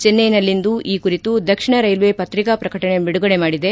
ಚೆನ್ನೈನಲ್ಲಿಂದು ಈ ಕುರಿತು ದಕ್ಷಿಣ ರೈಲ್ವೆ ಪತ್ರಿಕಾ ಪ್ರಕಟಣೆ ಬಿಡುಗಡೆ ಮಾಡಿದೆ